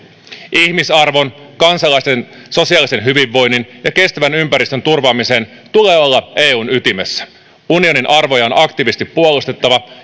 ihmisarvon kansalaisten sosiaalisen hyvinvoinnin ja kestävän ympäristön turvaamisen tulee olla eun ytimessä unionin arvoja on aktiivisesti puolustettava